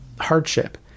hardship